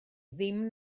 ddim